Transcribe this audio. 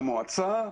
למועצה,